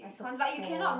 econs but you cannot